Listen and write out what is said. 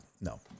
no